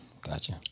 gotcha